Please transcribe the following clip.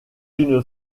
une